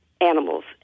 animals